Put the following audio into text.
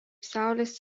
saulės